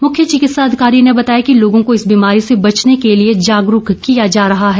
मुख्य चिकित्सा अधिकारी ने बताया कि लोगों को इस बिमारी से बचने के लिए जागरूक किया जा रहा है